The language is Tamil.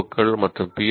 ஓக்கள் மற்றும் பி